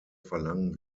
verlangen